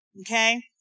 okay